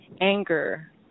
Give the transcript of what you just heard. anger